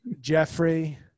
Jeffrey